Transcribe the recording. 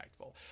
impactful